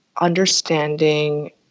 understanding